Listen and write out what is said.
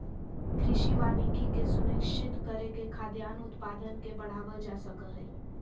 कृषि वानिकी के सुनिश्चित करके खाद्यान उत्पादन के बढ़ावल जा सक हई